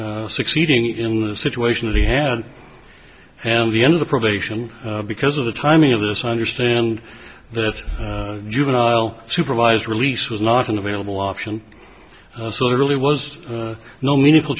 succeeding in the situation of the hand and the end of the probation because of the timing of this understand that juvenile supervised release was not an available option so there really was no meaningful